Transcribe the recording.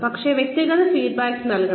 പക്ഷേ വ്യക്തിഗത ഫീഡ്ബാക്കും നൽകണം